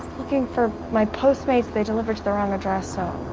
looking for my postmates they delivered to the wrong address so